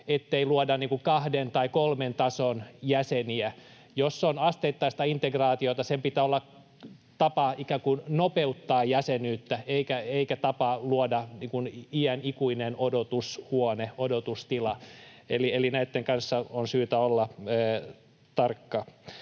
ettei luoda kahden tai kolmen tason jäseniä. Jos on asteittaista integraatiota, sen pitää olla tapa ikään kuin nopeuttaa jäsenyyttä eikä tapa luoda niin kuin iänikuinen odotushuone, odotustila. Eli näitten kanssa on syytä olla tarkka.